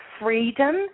freedom